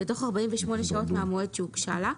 בתוך 48 שעות מהמועד שהוגשה לה,